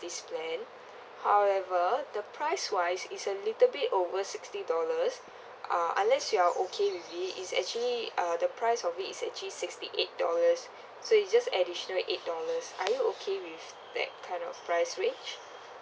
this plan however the price-wise is a little bit over sixty dollars uh unless you're okay with it it's actually uh the price of it is actually sixty eight dollars so it's just additional eight dollars are you okay with that kind of price range